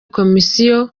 komisiyo